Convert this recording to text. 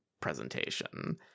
presentation